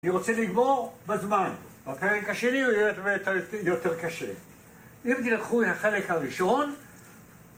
אני רוצה לגמור בזמן, בפרק השני הוא יהיה יותר קשה אם תלכו לחלק הראשון